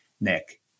Nick